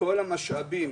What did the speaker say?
כל המשאבים